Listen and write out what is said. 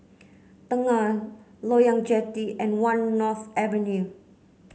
Tengah Loyang Jetty and One North Avenue